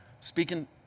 Speaking